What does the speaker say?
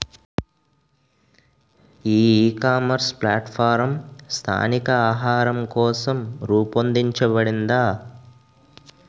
ఈ ecommerce platform స్థానిక ఆహారం కోసం రూపొందించబడిందా?